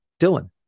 Dylan